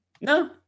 No